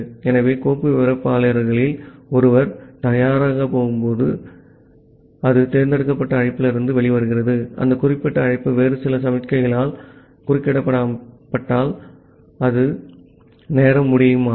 ஆகவே கோப்பு விவரிப்பாளர்களில் ஒருவர் தயாரான போதெல்லாம் அது தேர்ந்தெடுக்கப்பட்ட அழைப்பிலிருந்து வெளிவருகிறது அந்த குறிப்பிட்ட அழைப்பு வேறு சில சமிக்ஞைகளால் குறுக்கிடப்பட்டால் அல்லது நேரம் முடிந்தால்